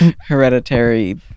hereditary